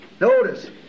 Notice